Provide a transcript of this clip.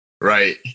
right